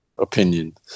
opinion